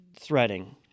threading